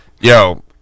Yo